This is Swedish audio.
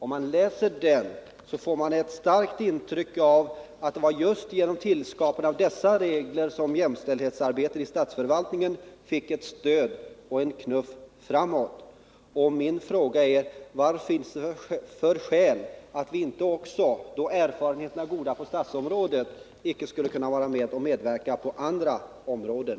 Man får ett starkt intryck av att det var just tillskapandet av dessa regler som gjorde att jämställdhetsarbetet i statsförvaltningen fick en knuff framåt. Min fråga är då: Vad finns det för skäl, när erfarenheterna är goda på det statliga området, att inte medverka på andra områden?